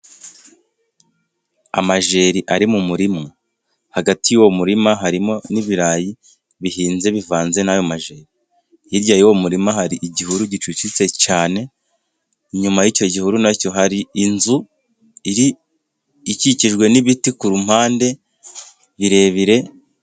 Amajeri ari mu murima hagati y'uwo murima harimo n'ibirayi bihinze bivanze n'ayo majeri, hirya y'uwo murima hari igihuru gicucitse cyane, inyuma y'icyo gihuru nacyo hari inzu ikikijwe n'ibiti ku ru mpande birebire.